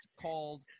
called